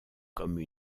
comme